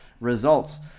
results